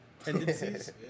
Tendencies